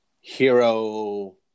hero